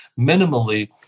minimally